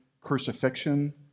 crucifixion